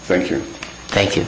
thank you thank you